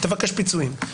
תבקש פיצויים.